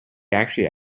actually